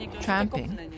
Tramping